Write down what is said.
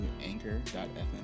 anchor.fm